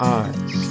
eyes